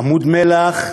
עמוד מלח,